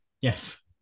yes